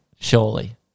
Surely